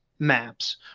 maps